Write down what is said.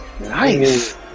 Nice